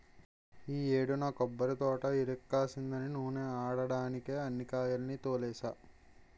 ఈ యేడు నా కొబ్బరితోట ఇరక్కాసిందని నూనే ఆడడ్డానికే అన్ని కాయాల్ని తోలినా